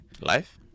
Life